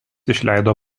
išleido